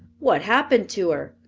what happened to her?